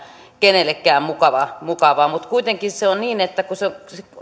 kenellekään mukavaa mukavaa mutta kuitenkin on niin että se on